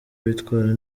bitwara